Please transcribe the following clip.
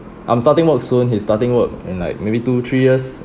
I'm starting work soon he's starting work in like maybe two three years